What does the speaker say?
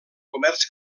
comerç